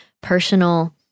personal